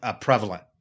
prevalent